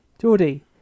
Geordie